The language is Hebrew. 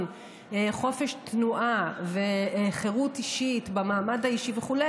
חופש תנועה וחירות אישית במעמד האישי וכו',